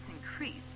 increased